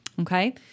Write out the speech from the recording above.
Okay